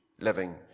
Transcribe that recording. living